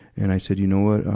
and i said, you know what?